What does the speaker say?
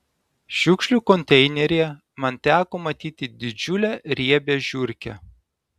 šiukšlių konteineryje man teko matyti didžiulę riebią žiurkę